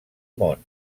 món